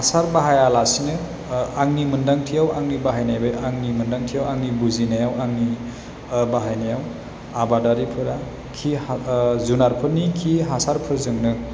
हासार बाहायालासिनो आंनि मोन्दांथियाव आंनि बाहायनाय बे आंनि मोन्दांथियाव आंनि बुजिनायाव आंनि बाहायनायाव आबादारिफोरा खि जुनारफोरनि खि हाजारफोरजोंनों